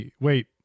Wait